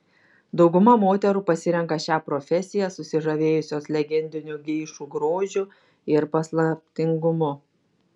dauguma moterų pasirenka šią profesiją susižavėjusios legendiniu geišų grožiu ir paslaptingumu